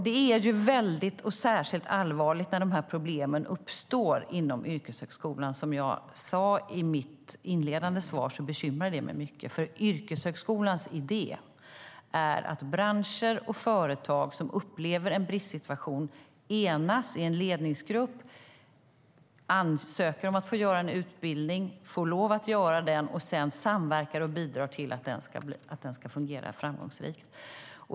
Det är väldigt och särskilt allvarligt när problemen uppstår inom yrkeshögskolan. Som jag sade i mitt inledande svar bekymrar det mig mycket, eftersom idén med yrkeshögskolan är att branscher och företag som upplever en bristsituation enas i en ledningsgrupp, ansöker om att få göra en utbildning, får lov att göra den och sedan samverkar och bidrar till att den ska fungera framgångsrikt.